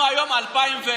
אנחנו היום ב-2020.